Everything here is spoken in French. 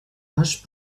âge